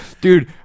Dude